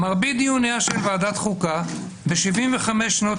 מרבית דיוניה של ועדת חוקה ב-75 שנות